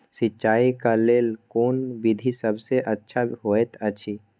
सिंचाई क लेल कोन विधि सबसँ अच्छा होयत अछि?